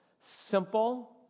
simple